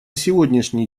сегодняшний